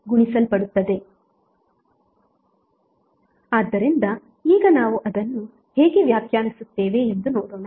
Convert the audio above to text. ಆದ್ದರಿಂದ ಈಗ ನಾವು ಅದನ್ನು ಹೇಗೆ ವ್ಯಾಖ್ಯಾನಿಸುತ್ತೇವೆ ಎಂದು ನೋಡೋಣ